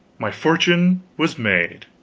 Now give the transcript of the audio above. my fortune was made.